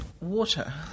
Water